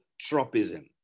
tropism